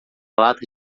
lata